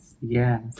yes